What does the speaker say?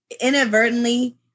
inadvertently